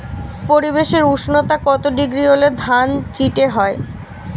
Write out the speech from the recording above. পরিবেশের উষ্ণতা কত ডিগ্রি হলে ধান চিটে হয়?